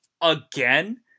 again